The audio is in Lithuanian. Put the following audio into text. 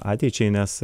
ateičiai nes